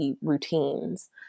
routines